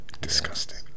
Disgusting